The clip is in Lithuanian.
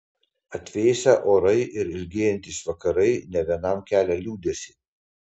atvėsę orai ir ilgėjantys vakarai ne vienam kelia liūdesį